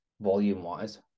volume-wise